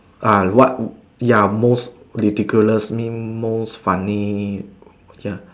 uh what ya most ridiculous mean most funny ya